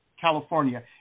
California